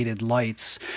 lights